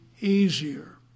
easier